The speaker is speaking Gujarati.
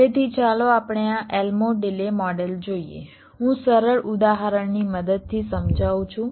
તેથી ચાલો આપણે આ એલ્મોર ડિલે મોડેલ જોઈએ હું સરળ ઉદાહરણની મદદથી સમજાવું છું